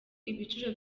ibiciro